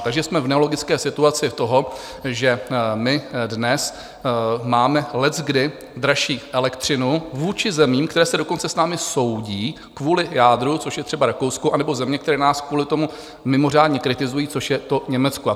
Takže jsme v nelogické situaci toho, že my dnes máme leckdy dražší elektřinu vůči zemím, které se dokonce s námi soudí kvůli jádru, což je třeba Rakousko, anebo země, které nás kvůli tomu mimořádně kritizují, což je to Německo.